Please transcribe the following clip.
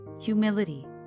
humility